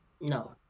No